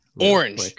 Orange